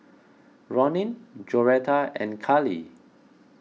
Ronin Joretta and Kali